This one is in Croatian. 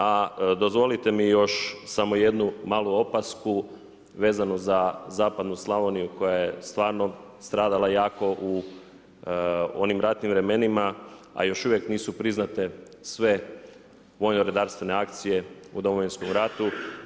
A dozvolite mi još samo jednu malu opasku vezanu za zapadnu Slavoniju koja je stvarno stradala jako u onim ratnim vremenima, a još uvijek nisu priznate sve vojno-redarstvene akcije u Domovinskom ratu.